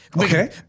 Okay